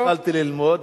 עוד לא התחלתי ללמוד,